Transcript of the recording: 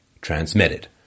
transmitted